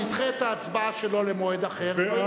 נדחה את ההצבעה שלו למועד אחר,